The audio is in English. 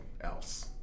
else